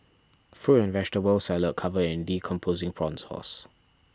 fruit and vegetable salad covered in decomposing prawn sauce